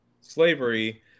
slavery